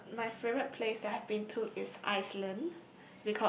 the my favourite place that I've been to is Iceland